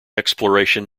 exploration